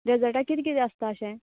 डेजर्टाक कितें कितें आसता अशें